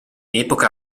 epoca